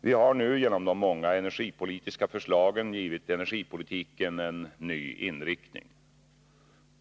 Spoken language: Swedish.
Vi har nu genom de många energipolitiska förslagen givit energipolitiken en ny inriktning.